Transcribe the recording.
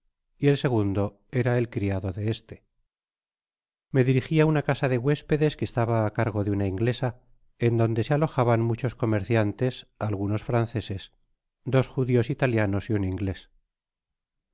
y el segundo era el criado de este me dirigi á una casa de huéspedes que estaba á cargo de una inglesa ea donde se alojaban muchos comercian tes algunos franceses dos judios italianos y un inglés